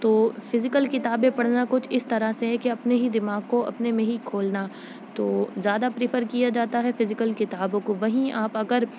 تو فزیکل کتابیں پڑھنا کچھ اس طرح سے ہے کہ اپنے ہی دماغ کو اپنے میں ہی کھولنا تو زیادہ پریفر کیا جاتا ہے فزیکل کتابوں کو وہیں آپ اگر